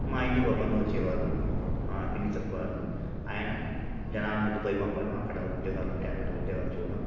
మా ఇంటికి ఓ బంధువు వచ్చేవారు మా పిన్ని తరుపువాళ్ళు ఆయన జనాలిని దుబాయ్ పంపడం అక్కడ ఉద్యోగాలు ఉంటే అక్కడ ఉద్యోగాలు చూడడం